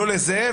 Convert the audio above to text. לא לזה.